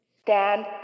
Stand